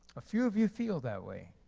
a few of you feel that way.